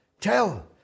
tell